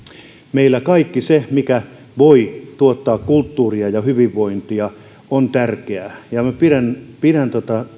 meillä kaikki se mikä voi tuottaa kulttuuria ja hyvinvointia on tärkeää ja minä pidän